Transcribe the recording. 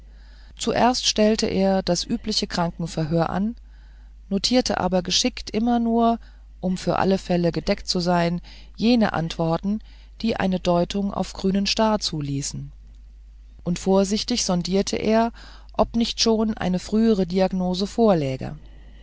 zuerst stellte er das übliche krankenverhör an notierte aber geschickt immer nur um für alle fälle gedeckt zu sein jene antworten die eine deutung auf grünen star zuließen und vorsichtig sondierte er ob nicht schon eine frühere diagnose vorläge